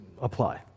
apply